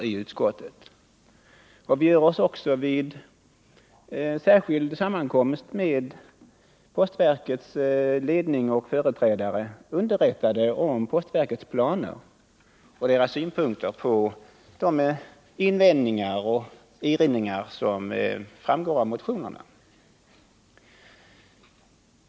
Vi gör oss också vid en särskild sammankomst med postverkets ledning och företrädare underrättade om verkets planer och synpunkter på de invändningar och erinringar som framgår av motionerna.